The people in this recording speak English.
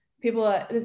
people